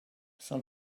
some